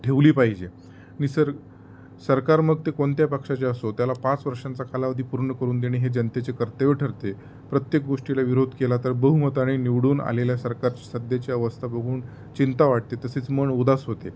ठेवली पाहिजे निसर् सरकार मग ते कोणत्या पक्षाचे असो त्याला पाच वर्षांचा कालावधी पूर्ण करून देणे हे जनतेचे कर्तव्य ठरते प्रत्येक गोष्टीला विरोध केला तर बहुमताने निवडून आलेल्या सरकारची सध्याची अवस्था बघून चिंता वाटते तसेच मन उदास होते